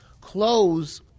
close